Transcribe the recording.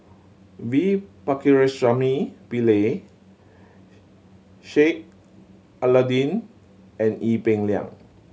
V Pakirisamy Pillai Sheik Alau'ddin and Ee Peng Liang